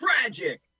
tragic